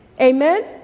Amen